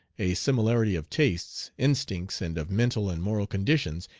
a similarity of tastes, instincts, and of mental and moral conditions,